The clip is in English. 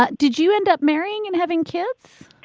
ah did you end up marrying and having kids?